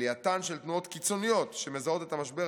עלייתן של תנועות קיצוניות שמזהות את המשבר